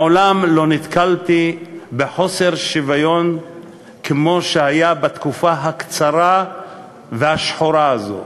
מעולם לא נתקלתי בחוסר שוויון כמו שהיה בתקופה הקצרה והשחורה הזאת.